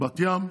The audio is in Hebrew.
בבת ים,